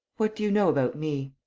what do you know about me?